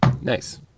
Nice